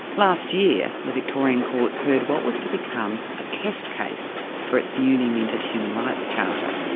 last year the victorian courts heard what was to become a test case for its newly minted human rights charter.